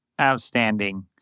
Outstanding